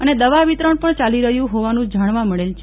અને દવા વિતરણ પણ ચાલી રહ્યું હોવાનું જાણવા મળેલ છે